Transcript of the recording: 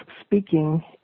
speaking